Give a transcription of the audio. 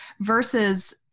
versus